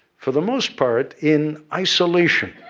for the most part, in isolation.